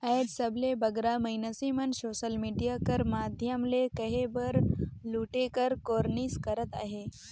आएज सबले बगरा मइनसे मन सोसल मिडिया कर माध्यम ले कहे बर लूटे कर कोरनिस करत अहें